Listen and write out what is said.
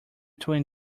between